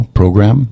program